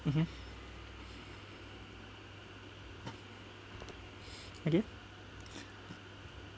mmhmm okay